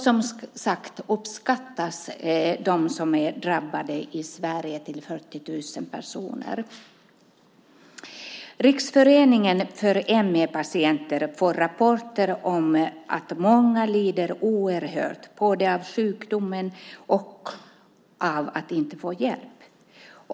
Som sagt uppskattas antalet drabbade i Sverige till 40 000 personer. Riksföreningen för ME-patienter får rapporter om att många lider oerhört, både av sjukdomen och av att de inte får hjälp.